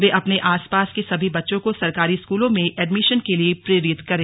वे अपने आसपास के सभी बच्चों को सरकारी स्कूलों में एडमिशन के लिए प्रेरित करें